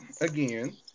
Again